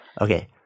Okay